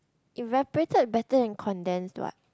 evaporated better than condensed what